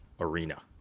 arena